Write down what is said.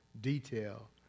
detail